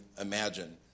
imagine